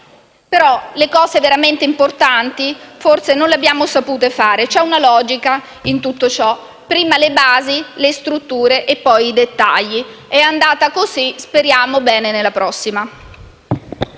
Le cose veramente importanti, però, non le abbiamo sapute fare. C'è una logica in tutto ciò: prima le basi, le strutture e poi i dettagli. È andata così. Speriamo bene nel futuro.